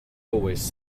always